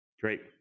Great